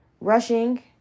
Rushing